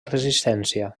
resistència